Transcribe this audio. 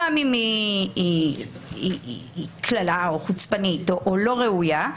גם אם היא קללה או אמירה לא ראויה,